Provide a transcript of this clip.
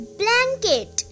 blanket